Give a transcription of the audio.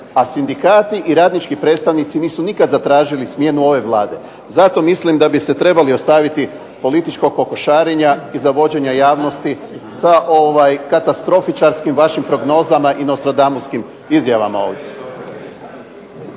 A sindikati i radnički predstavnici nisu nikada zatražili smjenu ove Vlade. Zato mislim da bi se trebali ostaviti političkog kokošarenja i zavođenja javnosti sa katastrofičarskim prognozama i Nostradamuskim izjavama ovdje.